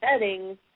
settings